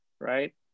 right